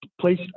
place